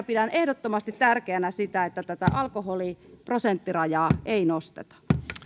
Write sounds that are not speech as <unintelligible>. <unintelligible> pidän ehdottomasti tärkeänä sitä että tätä alkoholiprosenttirajaa ei nosteta